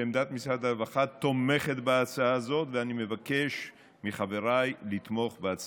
הצעת החוק הטובה הזאת מבקשת לתקן את חוק